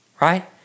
right